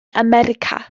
america